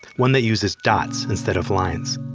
one that uses dots instead of lines.